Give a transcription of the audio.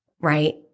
right